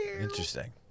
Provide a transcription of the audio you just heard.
interesting